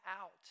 out